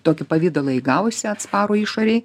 tokį pavidalą įgavusi atsparų išorėj